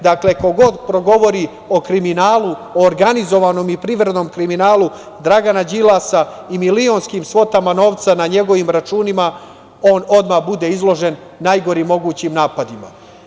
Dakle, ko god progovori o kriminalu, o organizovanom i privrednom kriminalu Dragana Đilasa i milionskim svotama novca na njegovim računima, on odmah bude izložen najgorim mogućim napadima.